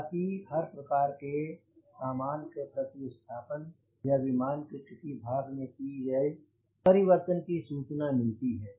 साथ ही हर प्रकार के सामान के प्रतिस्थापन या विमान के किसी भाग में की गयी परिवर्तन की सूचना मिलती है